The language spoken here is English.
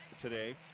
today